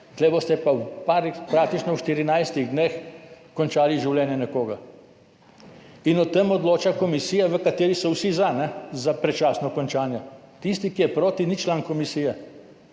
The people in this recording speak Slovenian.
tu boste pa praktično v 14 dneh končali življenje nekoga. In o tem odloča komisija, v kateri so vsi za predčasno končanje. Tisti, ki je proti, ni član komisije,